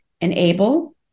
enable